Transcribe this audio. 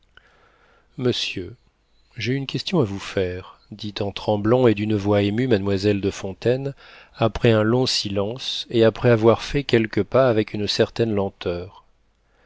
monsieur j'ai une question à vous faire dit en tremblant et d'une voix émue mademoiselle de fontaine après un long silence et après avoir fait quelques pas avec une certaine lenteur